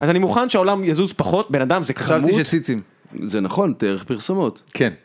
אז אני מוכן שהעולם יזוז פחות, בן אדם, זה חמוד, חשבתי שיהיה ציצים. זה נכון, דרך פרסומות. כן